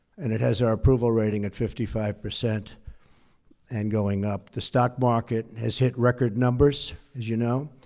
and it has our approval rating at fifty five percent and going up. the stock market has hit record numbers, as you know.